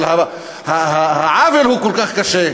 אבל העוול הוא כל כך קשה,